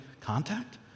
contact